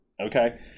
okay